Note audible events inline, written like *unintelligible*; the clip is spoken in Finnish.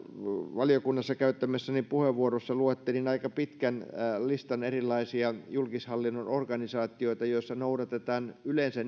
valiokunnassa käyttämässäni puheenvuorossa luettelin aika pitkän listan erilaisia julkishallinnon organisaatioita joissa noudatetaan yleensä *unintelligible*